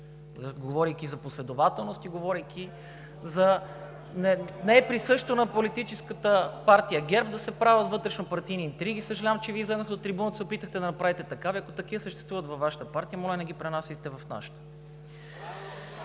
говорейки за последователност. Не е присъщо на Политическа партия ГЕРБ да се правят вътрешнопартийни интриги. Съжалявам, че Вие излязохте на трибуната и се опитахте да направите такава. Ако такива съществуват във Вашата партия, моля, не ги пренасяйте в нашата.